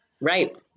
Right